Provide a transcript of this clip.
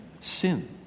Sin